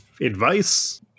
advice